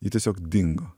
ji tiesiog dingo